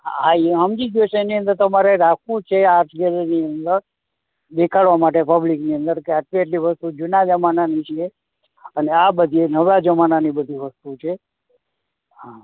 હા એ સમજી ગયો શેની અંદર તમારે રાખવું છે આર્ટ ગેલેરીની અંદર દેખાડવા માટે પબ્લિકની અંદર કે આટલી આટલી વસ્તુ જૂના જમાનાની છે અને આ બધી એ નવા જમાનાની બધી વસ્તુ છે હા